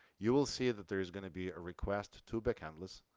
you will see that there is going to be a request to backendless.